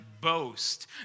boast